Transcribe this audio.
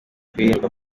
kuririmba